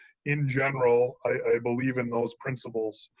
in general i believe in those principles.